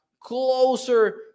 closer